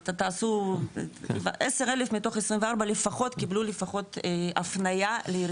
10 אלף מתוך 24 לפחות קיבלו, לפחות, הפנייה ל..